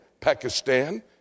Pakistan